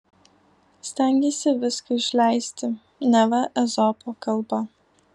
stengėsi viską išleisti neva ezopo kalba